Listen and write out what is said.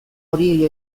horiei